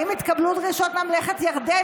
האם התקבלו דרישות ממלכת ירדן?